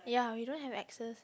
ya we don't have axes